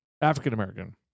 African-American